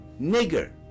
nigger